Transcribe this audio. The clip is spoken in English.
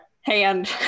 Hand